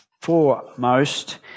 foremost